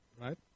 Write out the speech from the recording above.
Right